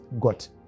got